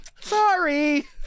sorry